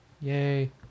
Yay